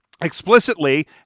explicitly